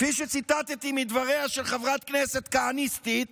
כפי שציטטתי מדבריה של חברת כנסת כהניסטית,